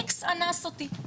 X אנס אותי.